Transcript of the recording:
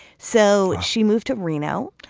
so she moved to reno,